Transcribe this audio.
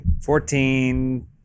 Fourteen